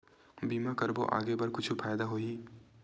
बीमा करबो आगे बर कुछु फ़ायदा होही?